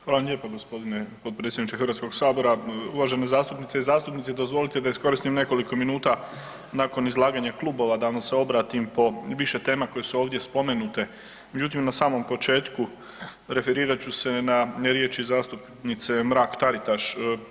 Hvala vam lijepo g. potpredsjedniče HS-a, uvažene zastupnice i zastupnici dozvolite da iskoristim nekoliko minuta nakon izlaganja klubova da vam se obratim po više tema koje su ovdje spomenute, međutim, na samom početku referirat ću se na riječi zastupnice Mrak-Taritaš.